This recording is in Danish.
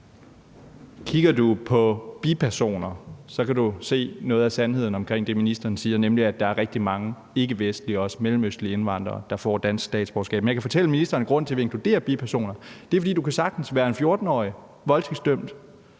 kigger på bipersoner, kan man se, hvad sandheden er om det, ministeren siger, nemlig at der er rigtig mange ikkevestlige og også mellemøstlige indvandrere, der får dansk statsborgerskab. Men jeg kan fortælle ministeren, hvad grunden er til, at vi inkluderer bipersoner, og det er, at du sagtens kan være en 14-årig voldtægtsdømt,